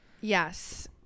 Yes